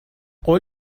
قول